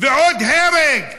ועוד הרג.